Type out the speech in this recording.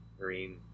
marine